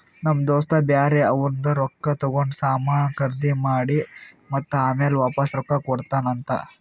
ನಮ್ ದೋಸ್ತ ಬ್ಯಾರೆ ಅವ್ರದ್ ರೊಕ್ಕಾ ತಗೊಂಡ್ ಸಾಮಾನ್ ಖರ್ದಿ ಮಾಡಿ ಮತ್ತ ಆಮ್ಯಾಲ ವಾಪಾಸ್ ರೊಕ್ಕಾ ಕೊಡ್ತಾನ್ ಅಂತ್